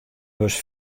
bus